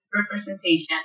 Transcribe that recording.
representation